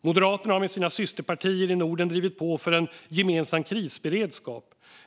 Moderaterna har med sina systerpartiet i Norden drivit på för en gemensam krisberedskap.